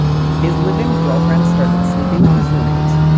his live in girlfriend started sleeping with his roommates.